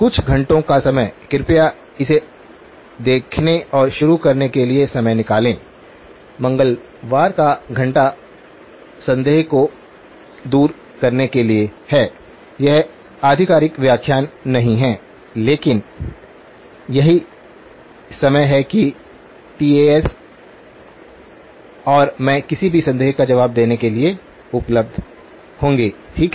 कुछ घंटों का समय कृपया इसे देखने और शुरू करने के लिए समय निकालें मंगलवार का घंटा संदेह को दूर करने के लिए है यह आधिकारिक व्याख्यान नहीं है लेकिन यही समय है कि टीएएस और मैं किसी भी संदेह का जवाब देने के लिए उपलब्ध होंगे ठीक है